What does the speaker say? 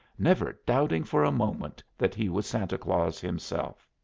never doubting for a moment that he was santa claus himself.